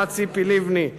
אמרה ציפי לבני,